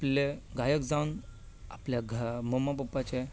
आपल्या गायक जावन आपल्या मम्मा पप्पाचें